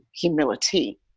humility